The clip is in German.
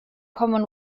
common